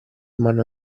mano